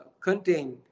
contain